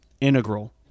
integral